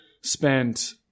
spent